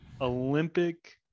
olympic